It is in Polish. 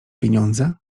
pieniądze